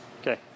Okay